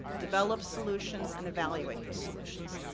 develop solutions, and evaluate those solutions.